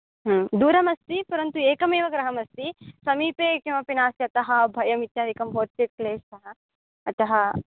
ह्म् दूरमस्ति परन्तु एकमेव गृहमस्ति समीपे किमपि नास्ति अतः भयम् इत्यादिकं भवति चेत् क्लेषः अतः